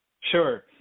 Sure